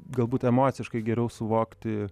galbūt emociškai geriau suvokti